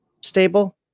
stable